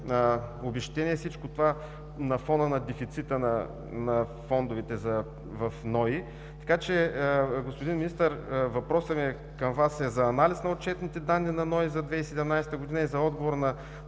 обезщетения и всичко това на фона на дефицита на фондовете в НОИ. Господин Министър, въпросът ми към Вас е за анализ на отчетните данни на НОИ за 2017 г. и за отговор на